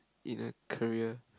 you know career